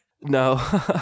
No